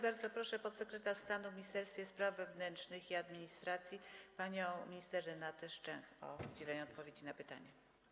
Bardzo proszę podsekretarz stanu w Ministerstwie Spraw Wewnętrznych i Administracji panią Renatę Szczęch o udzielenie odpowiedzi na pytania.